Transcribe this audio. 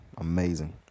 amazing